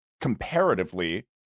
comparatively